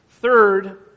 Third